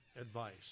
advice